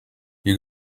you